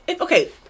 okay